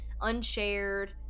unshared